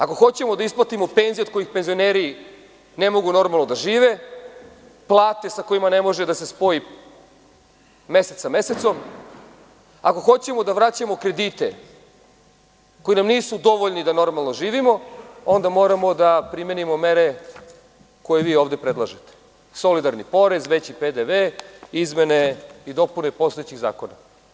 Ako hoćemo da isplatimo penzije od kojih penzioneri ne mogu normalno da žive, plate sa kojima ne može da se spoji mesec sa mesecom, ako hoćemo da vraćamo kredite koji nam nisu dovoljni da normalno živimo, onda moramo da primenimo mere koje vi ovde predlažete – solidarni porez, veći PDV, izmene i dopune postojećih zakona.